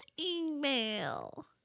email